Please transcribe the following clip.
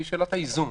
היא שאלת האיזון